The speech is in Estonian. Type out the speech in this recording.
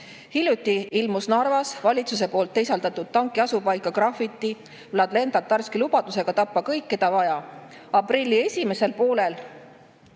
Hiljuti ilmus Narvas valitsuse teisaldatud tanki asupaika grafiti Vladlen Tatarski lubadusega tappa kõik, keda vaja. Aprilli esimesel poolel,